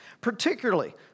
particularly